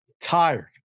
Tired